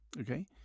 Okay